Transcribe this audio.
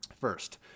first